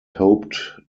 hoped